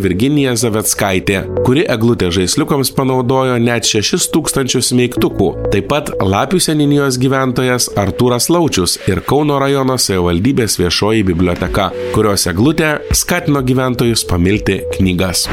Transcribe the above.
virginija zaveckaitė kuri eglutės žaisliukams panaudojo net šešis tūkstančius smeigtukų taip pat lapių seniūnijos gyventojas artūras laučius ir kauno rajono savivaldybės viešoji biblioteka kurios eglutė skatino gyventojus pamilti knygas